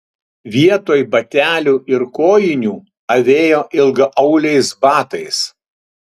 vietoj batelių ir kojinių avėjo ilgaauliais batais